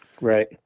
Right